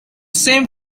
same